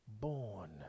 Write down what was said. born